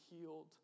healed